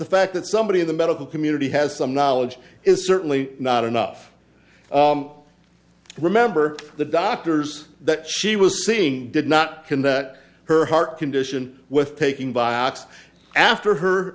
the fact that somebody in the medical community has some knowledge is certainly not enough remember the doctors that she was seeing did not connect her heart condition with taking vioxx after her